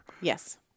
yes